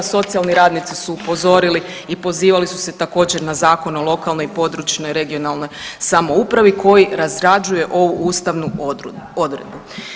Socijalni radnici su upozorili i pozivali su se također na Zakon o lokalnoj i područnoj (regionalnoj) samoupravi koji razrađuje ovu ustavnu odredbu.